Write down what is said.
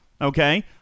okay